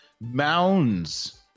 mounds